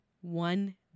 one